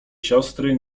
siostry